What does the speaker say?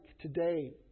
today